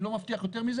אני לא מבטיח יותר מזה,